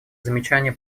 замечание